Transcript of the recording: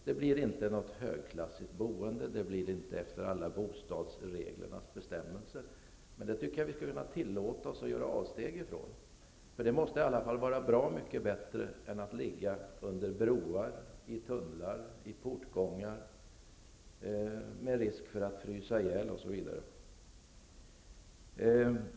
Det blir inte något högklassigt boende, inte efter alla bostadsreglernas bestämmelser, men vi skulle kunna tillåta oss att göra avsteg från dem. Det måste i alla fall vara bra mycket bättre för dem att komma till ett sådant här ställe än att ligga under broar, i tunnlar eller i portgångar, med risk för att frysa ihjäl, osv.